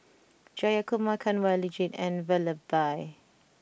Jayakumar Kanwaljit and Vallabhbhai